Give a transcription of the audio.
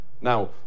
now